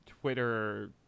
Twitter